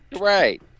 right